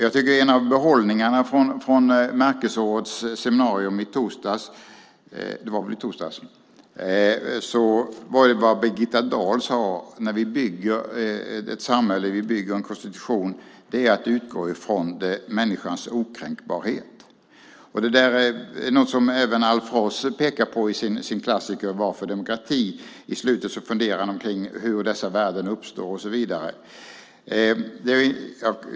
Jag tycker att en av behållningarna från Märkesårets seminarium i torsdags var det Birgitta Dahl sade: När vi bygger ett samhälle, bygger en konstitution, har vi att utgå från människans okränkbarhet. Det är något som även Alf Ross pekar på i sin klassiker Varför demokrati . I slutet funderar han omkring hur dessa värden uppstår och så vidare.